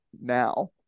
now